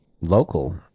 local